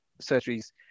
surgeries